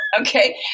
Okay